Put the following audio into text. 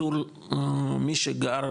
מי שגר,